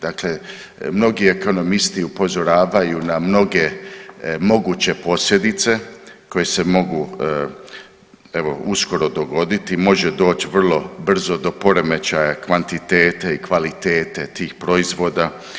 Dakle, mnogi ekonomisti upozoravaju na mnoge moguće posljedice koje se mogu evo uskoro dogoditi, može doć vrlo brzo do poremećaja kvantitete i kvalitete tih proizvoda.